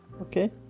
Okay